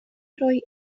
roi